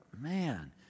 man